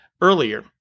earlier